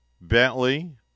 Bentley